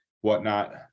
whatnot